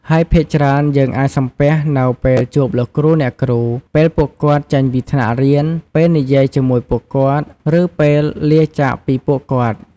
ហើយភាគច្រើន យើងអាចសំពះនៅពេលជួបលោកគ្រូ អ្នកគ្រូ ពេលពួកគាត់ចេញពីថ្នាក់រៀន ពេលនិយាយជាមួយពួកគាត់ ឬពេលលាចាកពីពួកគាត់។